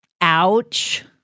Ouch